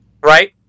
right